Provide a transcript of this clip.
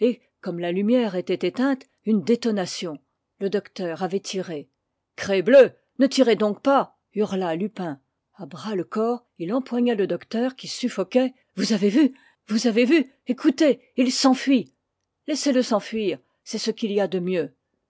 comme la lumière était éteinte une détonation le docteur avait tiré crebleu ne tirez donc pas hurla lupin à bras-le-corps il empoigna le docteur qui suffoquait vous avez vu vous avez vu écoutez il s'enfuit laissez-le s'enfuir c'est ce qu'il y a de mieux